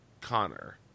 Connor